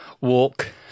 walk